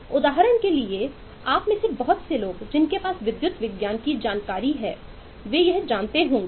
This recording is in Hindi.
उदाहरण के लिए आप में से बहुत से लोग जिनके पास विद्युत विज्ञान की जानकारी है वे यह जानते होंगे